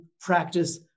practice